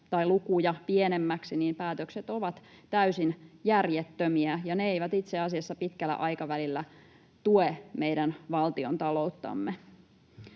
tai lukuja pienemmiksi, niin päätökset ovat täysin järjettömiä, ja ne eivät itse asiassa pitkällä aikavälillä tue meidän valtiontalouttamme.